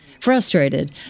Frustrated